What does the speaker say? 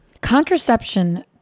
Contraception